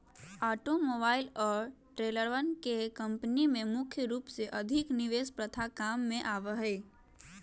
automobile और ट्रेलरवन के कम्पनी में मुख्य रूप से अधिक निवेश प्रथा काम में आवा हई